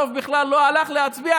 הרוב בכלל לא הלך להצביע,